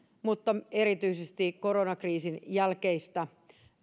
mutta erityisesti koronakriisin jälkeistä